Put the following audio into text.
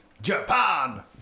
Japan